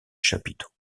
chapiteaux